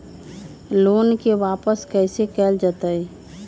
Loan के वापस कैसे कैल जतय?